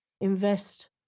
invest